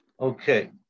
Okay